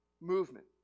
movement